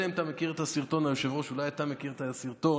כמו שאתם גיניתם את מי שתקף את סילמן.